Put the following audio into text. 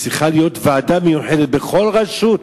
צריכה להיות ועדה מיוחדת בכל רשות,